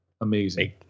amazing